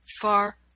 far